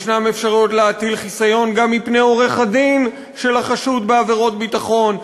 יש אפשרויות להטיל חיסיון גם מפני עורך-הדין של החשוד בעבירות ביטחון,